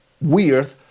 weird